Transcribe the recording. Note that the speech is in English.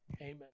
Amen